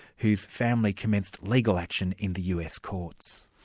whose family commenced legal action in the us courts.